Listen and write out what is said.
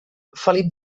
felip